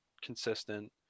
consistent